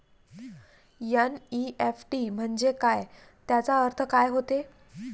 NEFT म्हंजे काय, त्याचा अर्थ काय होते?